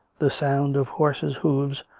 the sound of horses' hoofs,